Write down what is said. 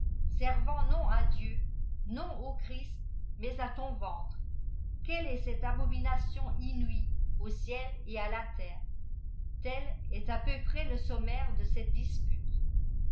servqint non à dieu non au christ mais à ton ventre quelle est cette abomination inouie au ciel et à la terre x tel est à peu près le sommaire dé cette dispute